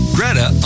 Greta